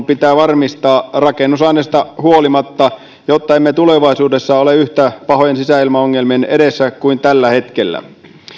pitää varmistaa rakennusaineesta huolimatta jotta emme tulevaisuudessa ole yhtä pahojen sisäilmaongelmien edessä kuin tällä hetkellä